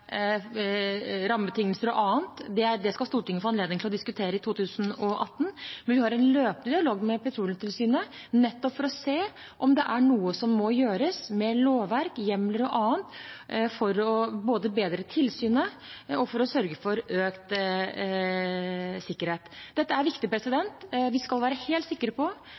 rammebetingelser, og annet. Det skal Stortinget få anledning til å diskutere i 2018. Men vi har en løpende dialog med Petroleumstilsynet, nettopp for å se om det er noe som må gjøres med lovverk, hjemler og annet for å både bedre tilsynet og sørge for økt sikkerhet. Dette er viktig. Vi skal være helt sikre på